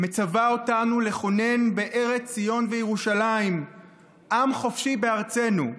מצווה אותנו לכונן בארץ ציון וירושלים עם חופשי בארצנו.